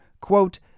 quote